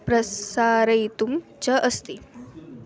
प्रसारयितुं च अस्ति